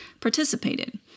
participated